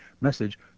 message